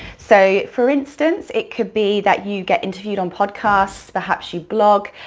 so, for instance, it could be that you get interviewed on podcasts, perhaps you blog,